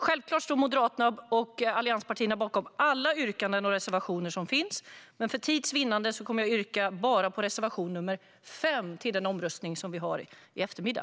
Självklart står Moderaterna och allianspartierna bakom alla våra yrkanden och reservationer, men för tids vinnande yrkar jag bifall bara till reservation nr 5 inför omröstningen i eftermiddag.